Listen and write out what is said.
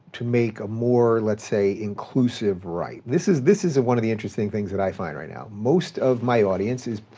to make a more, let's say, inclusive right? this is this is one of the interesting things that i find right now. most of my audience is,